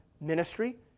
ministry